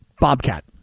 Bobcat